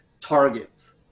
targets